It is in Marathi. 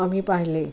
आम्ही पाहिले